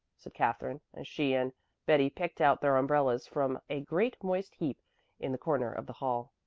said katherine, as she and betty picked out their umbrellas from a great, moist heap in the corner of the hall.